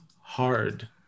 hard